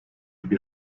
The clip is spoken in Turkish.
bir